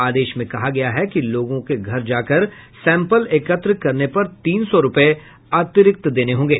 आदेश में कहा गया है कि लोगों के घर जाकर सैम्पल एकत्र करने पर तीन सौ रूपये अतिरिक्त देने होंगे